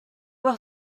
voir